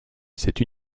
cette